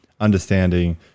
understanding